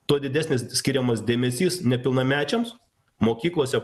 tuo didesnis skiriamas dėmesys nepilnamečiams mokyklose